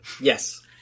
Yes